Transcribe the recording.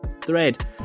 thread